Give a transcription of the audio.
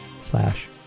slash